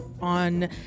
on